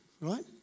right